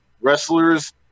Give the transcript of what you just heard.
wrestlers